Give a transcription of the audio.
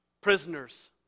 Prisoners